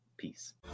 Peace